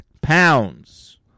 pounds